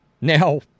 Now